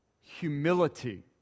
humility